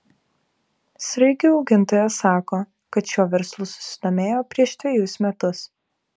sraigių augintojas sako kad šiuo verslu susidomėjo prieš dvejus metus